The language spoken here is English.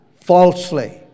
falsely